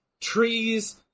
trees